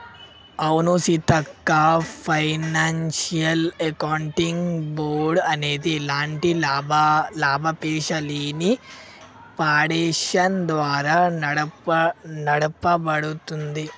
అవును Seethakka financial accounting board అనేది ఎలాంటి లాభాపేక్షలేని ఫాడేషన్ ద్వారా నడపబడుతుంది